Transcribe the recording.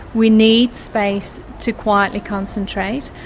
we need space to quietly concentrate,